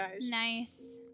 Nice